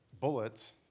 bullets